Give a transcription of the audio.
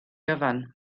gyfan